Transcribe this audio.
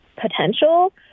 potential